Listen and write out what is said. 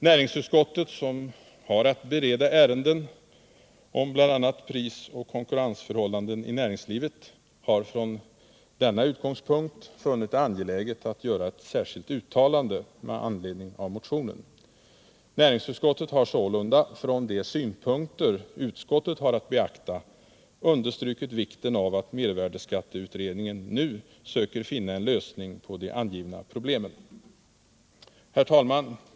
Näringsutskottet, som har att bereda ärenden om bl.a. prisoch konkurrensförhållanden i näringslivet, har från denna utgångspunkt funnit det angeläget att göra ett särskilt uttalande med anledning av motionen. Näringsutskottet har sålunda från de synpunkter utskottet har att beakta understrukit vikten av att mervärdeskatteutredningen nu söker finna en lösning på de angivna problemen. Herr talman!